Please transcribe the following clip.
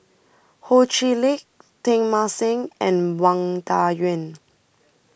Ho Chee Lick Teng Mah Seng and Wang Dayuan